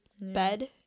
bed